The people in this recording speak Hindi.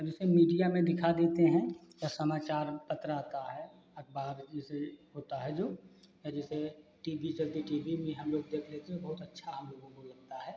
अब जैसे मीडिया में दिखा देते हैं या समाचार पत्र आता है अखबार जैसे होता है जो या जैसे टी बी चलती टी बी भी हम लोग देख लेते तो बहुत अच्छा हम लोगों को मिलता है